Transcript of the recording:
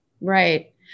Right